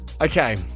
Okay